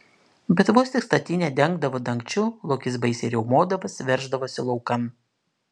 bet vos tik statinę dengdavo dangčiu lokys baisiai riaumodamas verždavosi laukan